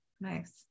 Nice